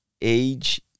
age